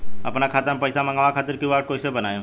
आपन खाता मे पईसा मँगवावे खातिर क्यू.आर कोड कईसे बनाएम?